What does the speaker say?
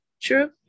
true